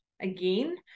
Again